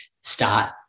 start